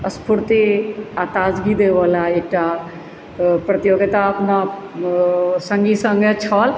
स्फुर्ति आ ताजगी देबऽ वाला एकटा प्रतियोगिता सङ्गी सङ्गे छल